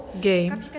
game